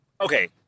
Okay